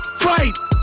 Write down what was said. fight